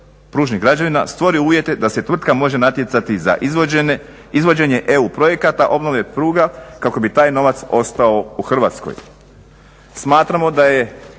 pružnih građevina stvori uvjete da se tvrtka može natjecati za izvođenje EU projekata, obnove pruga kako bi taj novac ostao u Hrvatskoj. Smatramo da je